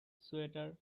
swatter